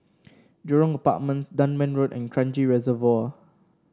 Jurong Apartments Dunman Road and Kranji Reservoir